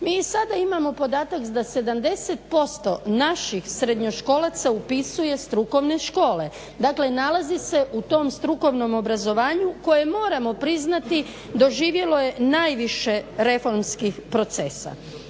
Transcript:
i sada imamo podatak da 70% naših srednjoškolaca upisuje strukovne škole, dakle nalazi se u tom strukovnom obrazovanju koje moramo priznati doživjelo je najviše reformskih procesa.